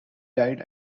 died